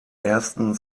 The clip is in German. ersten